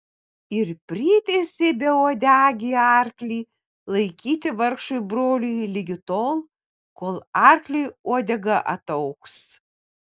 ir priteisė beuodegį arklį laikyti vargšui broliui ligi tol kol arkliui uodega ataugs